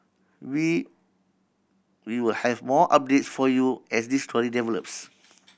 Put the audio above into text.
we we will have more updates for you as this story develops